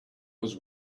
was